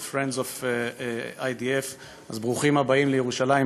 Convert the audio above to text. של Friends of IDF. אז ברוכים הבאים לירושלים,